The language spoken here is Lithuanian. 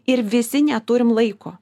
ir visi neturim laiko